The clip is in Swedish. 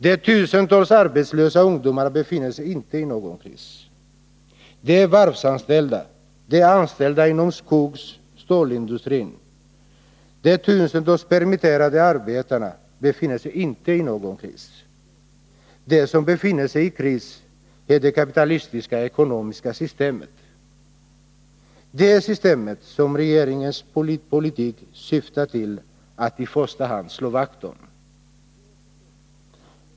De tusentals arbetslösa ungdomarna befinner sig inte i någon kris, de varvsanställda, de anställda inom skogsoch stålindustrin, de tusentals permitterade arbetarna befinner sig inte i någon kris. Det som befinner sig i kris är det kapitalistiska ekonomiska systemet, det system som regeringens politik syftar till att i första hand slå vakt om.